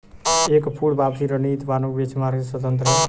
एक पूर्ण वापसी रणनीति पारंपरिक बेंचमार्क से स्वतंत्र हैं